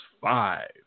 five